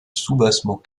soubassement